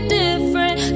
different